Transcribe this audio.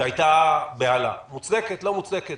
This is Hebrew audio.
כשהייתה בהלה מוצדקת או לא מוצדקת,